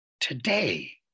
today